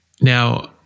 now